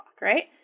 right